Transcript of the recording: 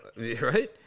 right